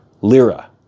lira